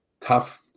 tough